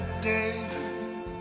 day